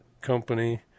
Company